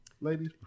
ladies